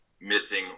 missing